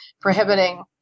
prohibiting